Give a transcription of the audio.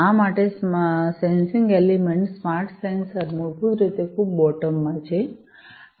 આ smart sensing element smart sensor મૂળભૂત રીતે ખૂબ બોટમ માં છે